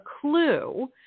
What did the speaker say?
clue